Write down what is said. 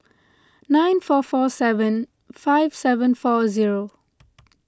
nine four four seven five seven four zero